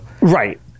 right